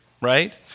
right